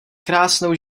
krásnou